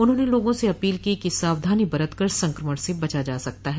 उन्होंने लोगों से अपील की है कि सावधानी बरत कर संक्रमण से बचा जा सकता है